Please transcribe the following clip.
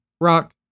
rock